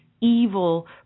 evil